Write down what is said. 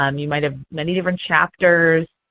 um you might have many different chapters.